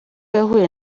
yahuye